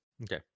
okay